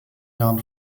jahren